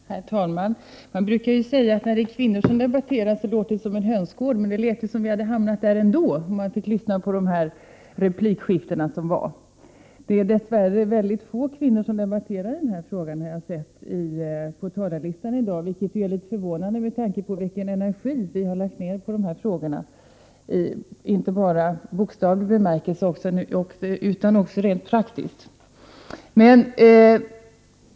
Herr talman! Man brukar säga att när kvinnor debatterar så låter det som en hönsgård, men herrarnas replikskifte här lät som om vi hade hamnat där ändå. Som framgår av talarlistan är det ju dess värre få kvinnor som debatterar den här frågan. Det är litet förvånande med tanke på den energi vi har lagt ner på dessa frågor inte bara i bokstavlig bemärkelse utan också rent praktiskt.